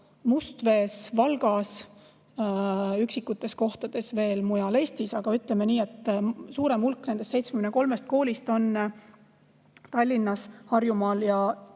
Mustvees, Valgas ja veel üksikutes kohtades mujal Eestis. Aga ütleme nii, et suurem hulk nendest 73 koolist on Tallinnas, Harjumaal ja